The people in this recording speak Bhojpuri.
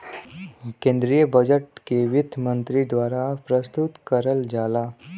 केन्द्रीय बजट के वित्त मन्त्री द्वारा प्रस्तुत करल जाला